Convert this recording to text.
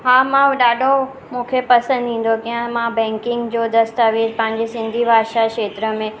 हा मां ॾाढो मूंखे पसंदि ईंदो कीअं मां बैंकिंग जो दस्तावेज़ पंहिंजे सिंधी भाषा खेत्र में